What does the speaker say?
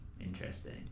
interesting